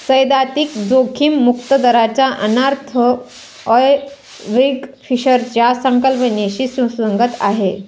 सैद्धांतिक जोखीम मुक्त दराचा अन्वयार्थ आयर्विंग फिशरच्या संकल्पनेशी सुसंगत आहे